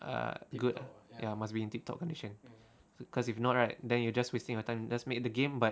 uh good ya must be in tip top condition cause if not right then you're just wasting your time just made the game but